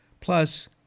Plus